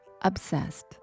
obsessed